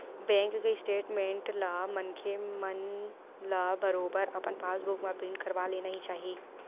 bank के statement ला मनखे मन ल बरोबर अपन पास बुक म प्रिंट करवा लेना ही चाही